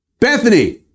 Bethany